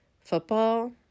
football